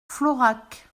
florac